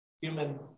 human